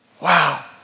Wow